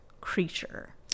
creature